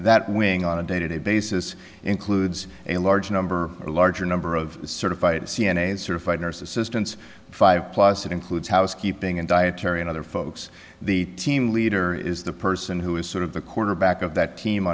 that wing on a day to day basis includes a large number or a larger number of certified c n a certified nurse assistants five plus that includes housekeeping and dietary and other folks the team leader is the person who is sort of the quarterback of that team